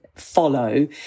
follow